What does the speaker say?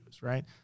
right